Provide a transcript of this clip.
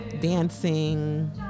dancing